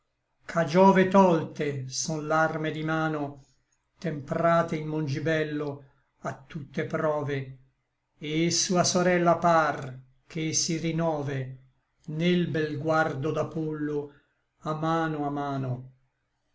ch'a giove tolte son l'arme di mano temprate in mongibello a tutte prove et sua sorella par che si rinove nel bel guardo d'apollo a mano a mano